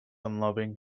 unloving